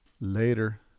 Later